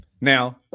Now